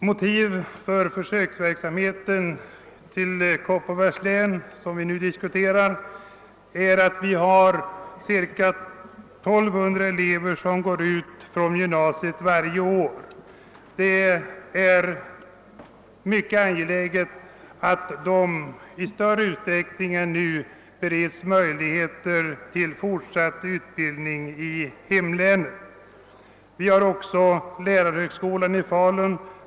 Motiv för att förlägga försöksverksamheten — som nu diskuteras — till Kopparbergs län är att vi har ca 1 200 elever som går ut från gymnasiet varje år. Det är mycket angeläget att de i större utsträckning än nu bereds möjligheter till fortsatt utbildning i hemlänet. Vi har också lärarhögskolan i Falun.